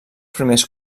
primers